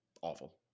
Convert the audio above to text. awful